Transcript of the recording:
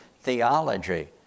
theology